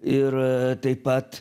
ir taip pat